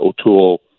O'Toole